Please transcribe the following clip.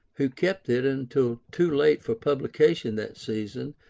who kept it until too late for publication that season,